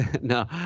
No